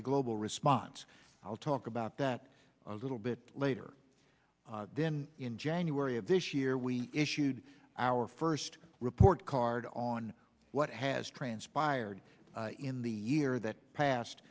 a global response i'll talk about that a little bit later then in january of this year we issued our first report card on what has transpired in the year that passed